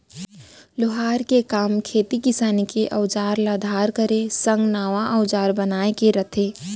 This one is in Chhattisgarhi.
लोहार के काम खेती किसानी के अउजार ल धार करे संग नवा अउजार बनाए के रथे